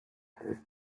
her